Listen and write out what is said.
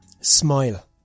smile